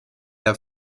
der